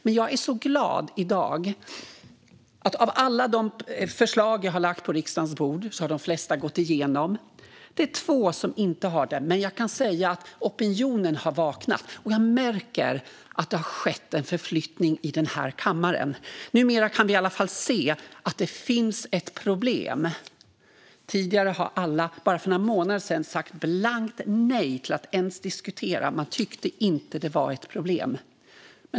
Jag är i dag så glad därför att av alla de förslag jag har lagt på riksdagens bord har de flesta gått igenom. Det är två som inte har det, men jag kan säga att opinionen har vaknat. Jag märker att det har skett en förflyttning i kammaren. Numera kan vi se att det finns ett problem. Bara för några månader sedan sa alla blankt nej till att ens diskutera frågan. Man tyckte inte att det var ett problem.